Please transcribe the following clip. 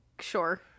Sure